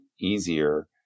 easier